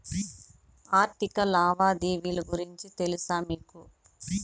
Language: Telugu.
ఆర్థిక లావాదేవీల గురించి తెలుసా మీకు